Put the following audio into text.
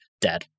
Dead